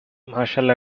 marshall